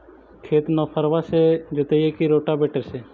खेत नौफरबा से जोतइबै की रोटावेटर से?